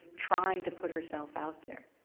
trying to put herself out there.